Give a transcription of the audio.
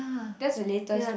that's the latest one